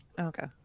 okay